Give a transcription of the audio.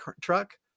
truck